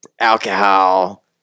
Alcohol